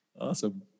Awesome